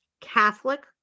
Catholic